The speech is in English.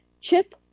Chip